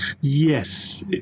Yes